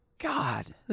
god